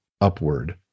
upward